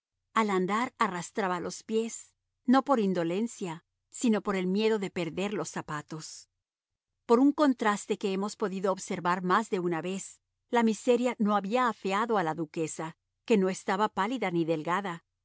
al andar arrastraba los pies no por indolencia sino por el miedo de perder los zapatos por un contraste que hemos podido observar más de una vez la miseria no había afeado a la duquesa que no estaba pálida ni delgada